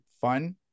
fun